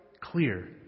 clear